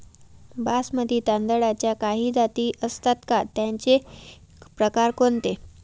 बासमती तांदळाच्या काही जाती असतात का, त्याचे प्रकार कोणते?